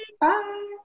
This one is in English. bye